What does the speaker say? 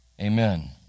Amen